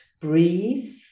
breathe